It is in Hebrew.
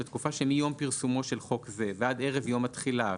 בתקופה שמיום פרסומו של חוק זה ועד ערב יום התחילה"